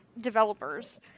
developers